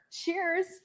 Cheers